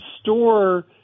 store